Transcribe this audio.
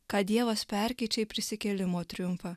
ką dievas perkeičia į prisikėlimo triumfą